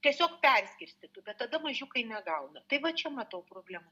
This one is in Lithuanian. tiesiog perskirstytų kad tada mažiukai negauna taip va čia matau problemų